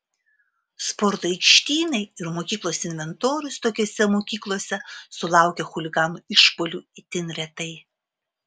sporto aikštynai ir mokyklos inventorius tokiose mokyklose sulaukia chuliganų išpuolių itin retai